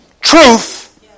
truth